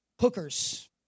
hookers